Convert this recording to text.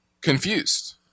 confused